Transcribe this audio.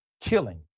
killing